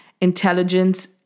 intelligence